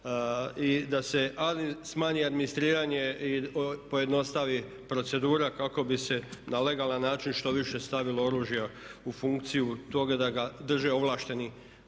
i da se smanji administriranje i pojednostavi procedura kako bi se na legalan način što više stavilo oružja u funkciju toga da ga drže ovlašteni